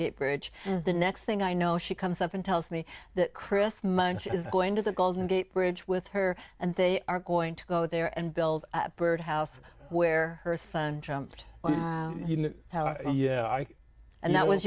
gate bridge and the next thing i know she comes up and tells me that chris money is going to the golden gate bridge with her and they are going to go there and build a birdhouse where her son jumped on you yeah i and that was